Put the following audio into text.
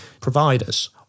providers